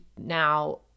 now